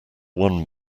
won